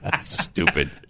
Stupid